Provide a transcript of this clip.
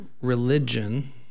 religion